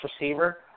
receiver